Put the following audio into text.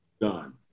done